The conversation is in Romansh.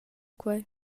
quei